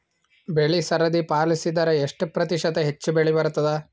ಬೆಳಿ ಸರದಿ ಪಾಲಸಿದರ ಎಷ್ಟ ಪ್ರತಿಶತ ಹೆಚ್ಚ ಬೆಳಿ ಬರತದ?